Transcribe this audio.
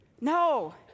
no